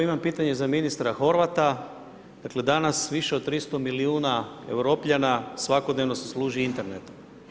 Imam pitanje za ministra Horvata, dakle, danas više od 300 milijuna Europljana, svakodnevno se služi internetom.